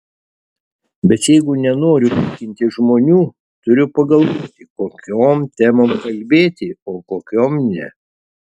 bet jeigu nenoriu pykinti žmonių turiu pagalvoti kokiom temom kalbėti o kokiom ne